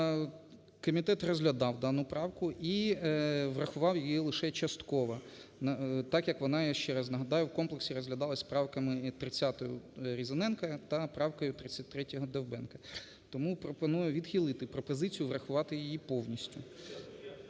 Комітет розглядав дану правку і врахував її лише частково, так, як вона, я ще раз нагадаю, в комплексі розглядалась з правками, 30-ю Різаненка та правкою 33-ю Довбенка. Тому пропоную відхилити пропозицію врахувати її повністю.